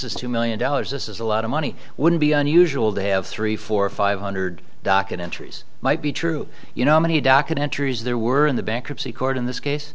is two million dollars this is a lot of money wouldn't be unusual to have three four five hundred documentaries might be true you know many documentaries there were in the bankruptcy court in this case